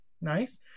Nice